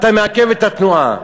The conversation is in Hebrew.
אתה מעכב את התנועה.